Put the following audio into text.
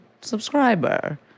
subscriber